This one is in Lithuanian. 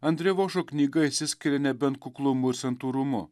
andrė vošo knyga išsiskiria nebent kuklumu santūrumu